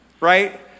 right